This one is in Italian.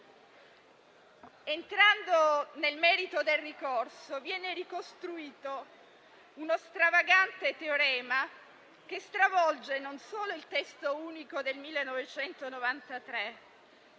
Entrando nel merito del ricorso, viene ricostruito uno stravagante teorema, che stravolge non solo il testo unico del 1993,